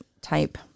type